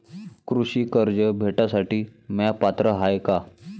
कृषी कर्ज भेटासाठी म्या पात्र हाय का?